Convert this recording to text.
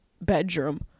bedroom